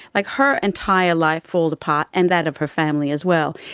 like her entire life falls apart, and that of her family as well.